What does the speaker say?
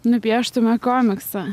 nupieštume komiksą